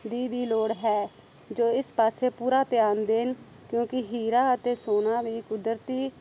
ਦੀ ਵੀ ਲੋੜ ਹੈ ਜੋ ਇਸ ਪਾਸੇ ਪੂਰਾ ਧਿਆਨ ਦੇਣ ਕਿਉਂਕਿ ਹੀਰਾ ਅਤੇ ਸੋਨਾ ਵੀ ਕੁਦਰਤੀ